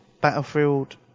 Battlefield